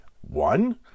One